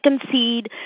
concede